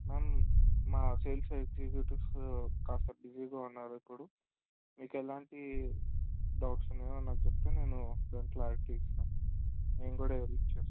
ma'am మా sales executives కాస్త బిజీగా ఉన్నారు ఇప్పుడు మీకు ఎలాంటి డౌట్స్ ఉన్నాకానీ నాకు చెప్తే నేను దానికి క్లారిటీ ఇస్తాను నేను కూడా ఎడిట్ చేస్తాను